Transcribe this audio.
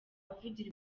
avugira